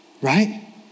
right